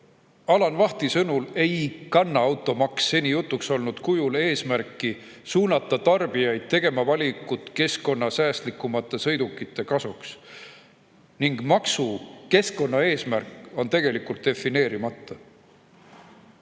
Alan Vahi sõnul ei kanna automaks seni jutuks olnud kujul eesmärki suunata tarbijaid tegema valikut keskkonnasäästlikumate sõidukite kasuks ning maksu keskkonnaeesmärk on tegelikult defineerimata.